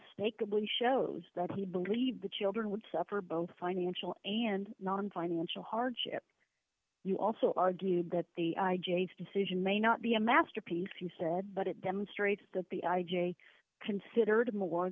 unmistakably shows that he believed the children would suffer both financial and nonfinancial hardship you also argue that the decision may not be a masterpiece you said but it demonstrates that the i j a considered more